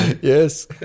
Yes